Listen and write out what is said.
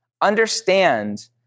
understand